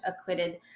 acquitted